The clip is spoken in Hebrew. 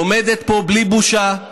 עומדת פה בלי בושה,